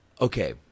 Okay